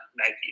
Nike